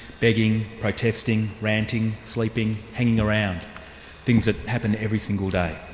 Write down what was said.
begging, protesting, ranting, sleeping, hanging around things that happen every single day.